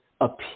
appear